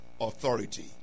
authority